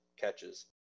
catches